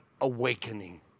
awakening